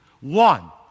One